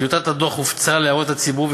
טיוטת הדוח הופצה להערות הציבור,